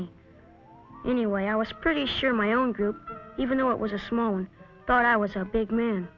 me anyway i was pretty sure my own group even though it was a small town thought i was a big m